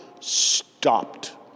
stopped